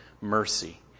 mercy